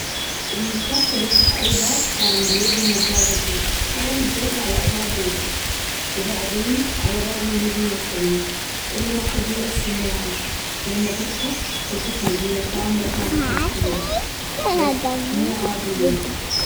المفتاح اللي يفتح أي باب كان بيد نجار بسيط، قرر يجربه على أبواب بيته، وبعدين على باب المدينة القديم اللي ما حد يعرف شنو وراه. لما فتحة اكتشف مدينة كاملة كانت مخفية بس مو عادية.